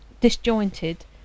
disjointed